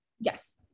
Yes